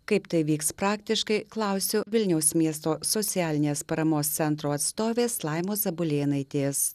kaip tai vyks praktiškai klausiu vilniaus miesto socialinės paramos centro atstovės laimos zabulėnaitės